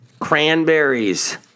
Cranberries